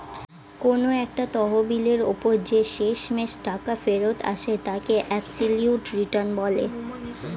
কোন একটা তহবিলের ওপর যে শেষমেষ টাকা ফেরত আসে তাকে অ্যাবসলিউট রিটার্ন বলে